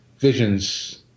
Vision's